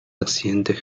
accidentes